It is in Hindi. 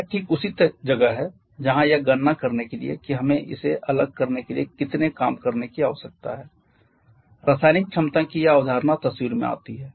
और यह ठीक उसी जगह है जहां यह गणना करने के लिए कि हमें इसे अलग करने के लिए कितने काम करने की आवश्यकता है रासायनिक क्षमता की यह अवधारणा तस्वीर में आती है